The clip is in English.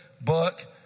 book